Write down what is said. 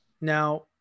Now